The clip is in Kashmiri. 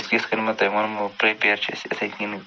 یِتھ کٔنۍ مےٚ تۄہہِ ووٚنمو پرٛیپیر چھِ أسۍ یِتھَے کٔنہِ